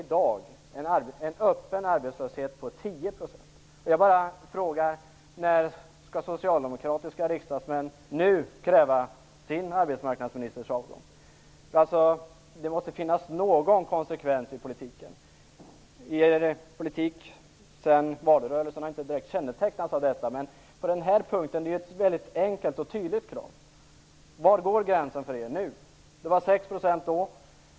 I dag är den öppna arbetslösheten 10 %. Jag bara frågar: När skall socialdemokratiska riksdagsmän nu kräva sin arbetsmarknadsministers avgång? Det måste finnas någon konsekvens i politiken. Er politik efter valrörelsen har inte direkt kännetecknats av konsekvens. Men på den här punkten är kravet enkelt och tydligt. Var går gränsen för er nu? Det rörde sig om 6 % då.